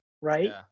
right